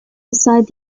beside